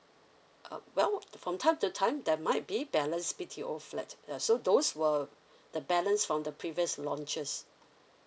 uh well from time to time there might be balance B_T_O flat ya so those were the balance from the previous launches